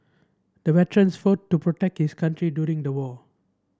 the veteran fought to protect his country during the war